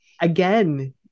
again